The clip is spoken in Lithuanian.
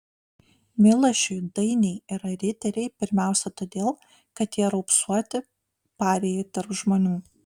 milašiui dainiai yra riteriai pirmiausia todėl kad jie raupsuoti parijai tarp žmonių